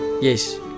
Yes